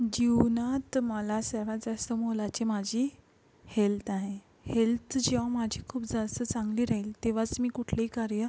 जीवनात मला सर्वात जास्त मोलाची माझी हेल्त आहे हेल्त जेव्हा माझी खूप जास्त चांगली राहील तेव्हाच मी कुठले कार्य